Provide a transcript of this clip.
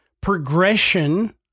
progression